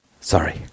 sorry